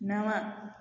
नव